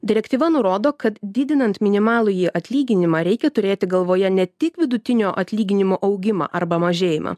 direktyva nurodo kad didinant minimalųjį atlyginimą reikia turėti galvoje ne tik vidutinio atlyginimo augimą arba mažėjimą